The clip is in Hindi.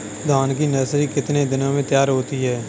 धान की नर्सरी कितने दिनों में तैयार होती है?